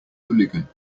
hooligan